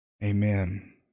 amen